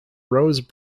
rose